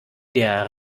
der